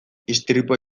istripua